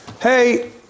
hey